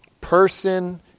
person